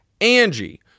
Angie